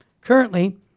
Currently